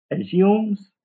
assumes